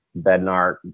Bednar